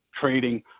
trading